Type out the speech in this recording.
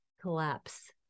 collapse